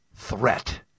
threat